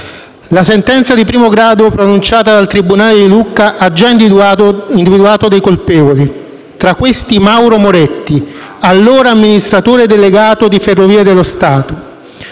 La sentenza di primo grado pronunciata dal tribunale di Lucca ha già individuato dei colpevoli: tra questi, Mauro Moretti, allora amministratore delegato di Ferrovie dello Stato.